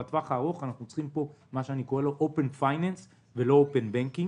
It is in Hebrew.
בטווח הארוך אנחנו צריכים open finance ולא open banking.